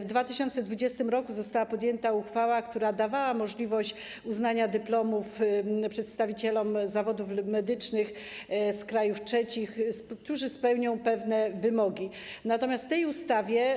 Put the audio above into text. W 2020 r. została podjęta uchwała, która dawała możliwość uznania dyplomów przedstawicielom zawodów medycznych z krajów trzecich, którzy spełnią pewne wymogi, natomiast w tej ustawie